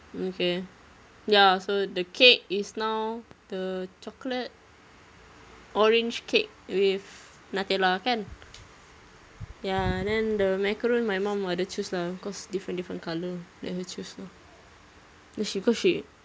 okay ya so the cake is now the chocolate orange cake with Nutella kan ya then the macaron my mum biar dia choose lah cause different different colour let her choose ah but she cause she